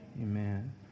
amen